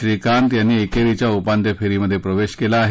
श्रीकांत यांनी एकेरीच्या उपांत्य फेरीत प्रवेश केला आहे